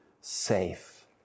safe